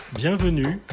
Bienvenue